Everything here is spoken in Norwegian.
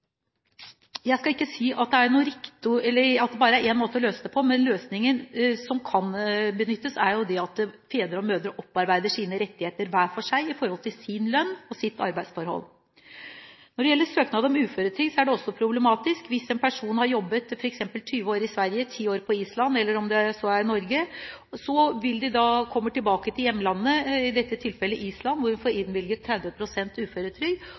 Jeg skal ikke si at det bare er én måte å løse det på, men løsningen som kan benyttes, er det at fedre og mødre opparbeider sine rettigheter hver for seg, knyttet til sin lønn og sitt arbeidsforhold. Når det gjelder søknad om uføretrygd, er det også problematisk hvis en person har jobbet i f.eks. 20 år i Sverige og ti år på Island, eller om det så er i Norge, og kommer tilbake til hjemlandet – i dette tilfellet Island – hvor de får innvilget 30 pst. uføretrygd,